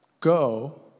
go